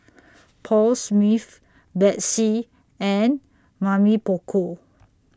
Paul Smith Betsy and Mamy Poko